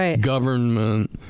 government